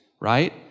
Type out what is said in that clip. right